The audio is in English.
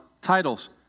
titles